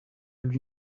lui